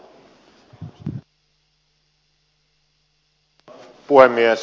arvoisa puhemies